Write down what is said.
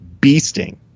beasting